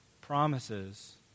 promises